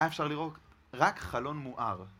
אפשר לראות רק חלון מואר.